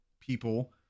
people